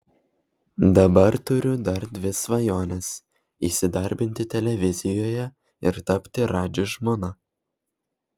dabar turiu dar dvi svajones įsidarbinti televizijoje ir tapti radži žmona